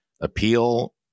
appeal